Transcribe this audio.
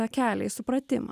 tą kelią į supratimą